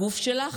הגוף שלך,